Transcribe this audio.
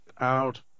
out